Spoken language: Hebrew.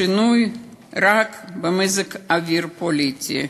השינוי, רק במזג האוויר הפוליטי.